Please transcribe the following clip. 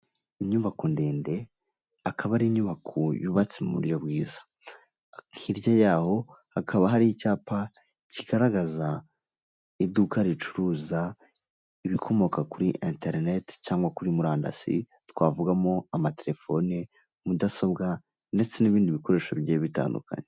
Inyubako ndende akaba ar'inyubako yubatse mu buryo bwiza, hirya yaho hakaba hari icyapa kigaragaza iduka ricuruza ibikomoka kuri interinete cyangwa kuri murandasi twavugamo amatelefoni, mudasobwa, ndetse n'ibindi bikoresho bigiye bitandukanye.